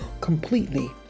completely